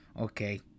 Okay